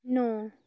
ਨੌਂ